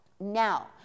now